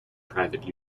private